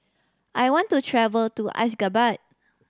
I want to travel to Ashgabat